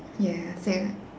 ya same